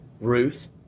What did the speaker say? Ruth